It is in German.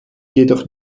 jedoch